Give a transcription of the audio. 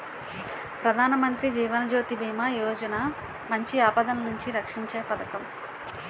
ప్రధానమంత్రి జీవన్ జ్యోతి బీమా యోజన మంచి ఆపదలనుండి రక్షీంచే పదకం